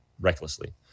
recklessly